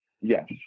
Yes